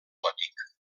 gòtic